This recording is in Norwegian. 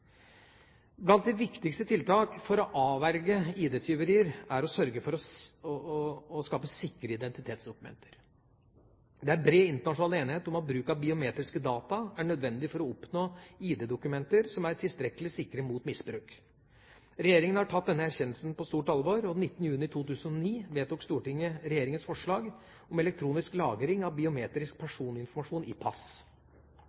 Blant de viktigste tiltak for å avverge ID-tyverier er å sørge for å skape sikre identitetsdokumenter. Det er bred internasjonal enighet om at bruk av biometriske data er nødvendig for å oppnå ID-dokumenter som er tilstrekkelig sikre mot misbruk. Regjeringa har tatt denne erkjennelsen på stort alvor. Den 19. juni 2009 ble regjeringas forslag om elektronisk lagring av biometrisk